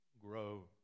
grow